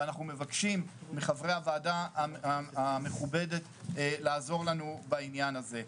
ואנחנו מבקשים מחברי הועדה המכובדת לעזור לנו בעניין הזה.